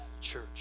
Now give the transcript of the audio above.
church